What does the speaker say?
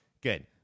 Good